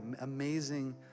amazing